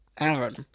Aaron